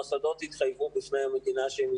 המוסדות התחייבו בפני המדינה שמה שלא יקרה,